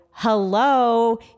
hello